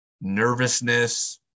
nervousness